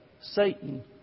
Satan